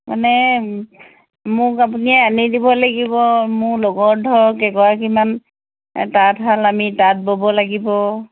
মানে মোক আপুনি আনি দিব লাগিব মোৰ লগৰ ধৰক কেইগৰাকীমান তাঁতশাল আমি তাঁত ব'ব লাগিব